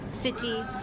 city